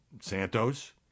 Santos